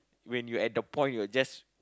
when you at the point you are just